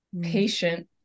patient